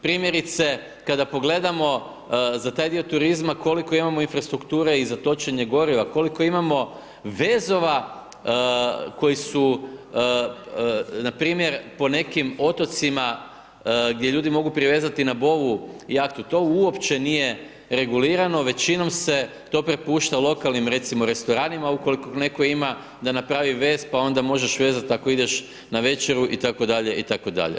Primjerice kada pogledamo za taj dio turizma koliko imamo infrastrukture i za točenje goriva, koliko imamo vezova koji su npr. po nekim otocima gdje ljudi mogu privezati na bovu jahtu, to uopće nije regulirano, većinom se to prepušta lokalnim recimo restoranima ukoliko neko ima da napravi vez pa onda možeš vezat ako ideš na večeru itd., itd.